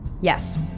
Yes